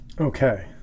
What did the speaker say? okay